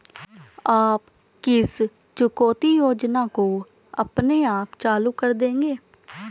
आप किस चुकौती योजना को अपने आप चालू कर देंगे?